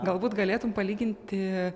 galbūt galėtum palyginti